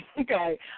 okay